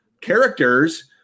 characters